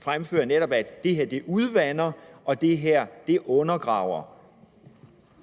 fremfører, altså at det her udvander og undergraver.